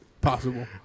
possible